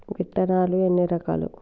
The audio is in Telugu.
విత్తనాలు ఎన్ని రకాలు?